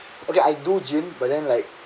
okay I do gym but then like